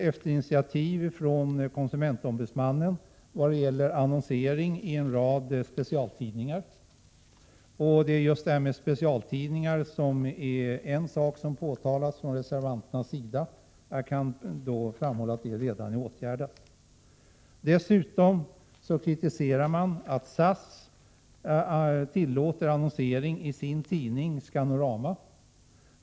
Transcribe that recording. Efter initiativ från konsumentombudsmannen har träffats överenskommelser vad gäller annonsering i en rad specialtidningar — och just detta med specialtidningar påtalas av reservanterna. Jag vill framhålla att det redan är åtgärdat. Dessutom kritiserar reservanterna att SAS tillåts annonsera i sin tidning Scanorama.